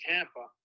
Tampa